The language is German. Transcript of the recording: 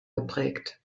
geprägt